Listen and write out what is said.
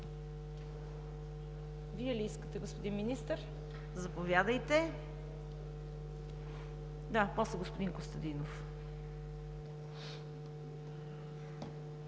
Вие ли искате, господин Министър? Заповядайте. После господин Костадинов.